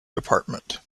department